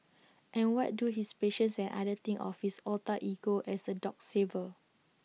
and what do his patients and others think of his alter ego as A dog saver